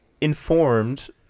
informed